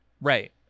Right